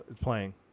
playing